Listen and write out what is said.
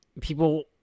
people